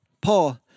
Paul